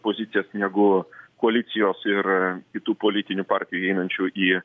pozicijas negu koalicijos ir kitų politinių partijų įeinančių į